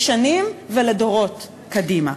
לשנים ולדורות קדימה.